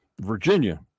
Virginia